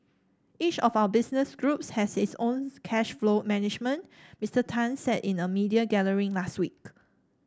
each of our business groups has its own cash flow management Mister Tan said in a media gathering last week